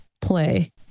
play